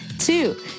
Two